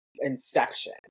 inception